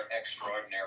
extraordinary